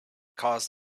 caused